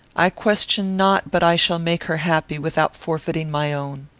i question not but i shall make her happy without forfeiting my own.